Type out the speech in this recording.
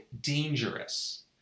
dangerous